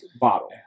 bottle